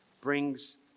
brings